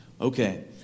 Okay